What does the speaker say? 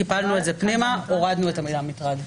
קיפלנו את זה פנימה, הורדנו את המילה "מטרד".